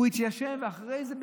הוא התיישב ואחרי זה,